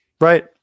Right